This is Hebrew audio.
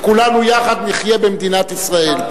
וכולנו יחד נחיה במדינת ישראל.